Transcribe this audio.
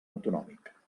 autonòmic